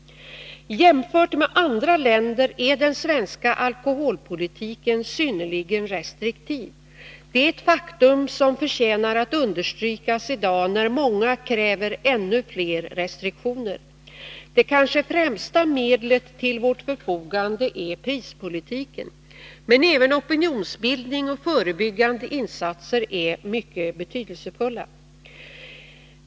Jämfört med förhållandena i andra länder är den svenska alkoholpolitiken synnerligen restriktiv. Det är ett faktum som förtjänar att understrykas i dag när många kräver ännu fler restriktioner. Det kanske främsta medlet till vårt förfogande är prispolitiken. Men även opinionsbildning och förebyggande insatser är mycket betydelsefulla.